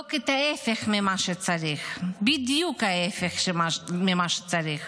לבדוק את ההפך ממה שצריך, בדיוק ההפך ממה שצריך.